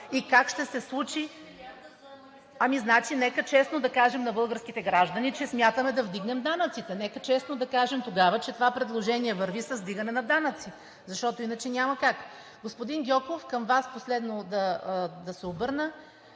ДЕНИЦА САЧЕВА: Ами значи, нека честно да кажем на българските граждани, че смятаме да вдигнем данъците, нека честно да кажем тогава, че това предложение върви с вдигане на данъци, защото иначе няма как. Господин Гьоков, към Вас последно да се обърна.